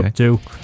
Okay